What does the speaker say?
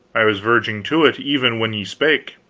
i was verging to it, even when ye spake.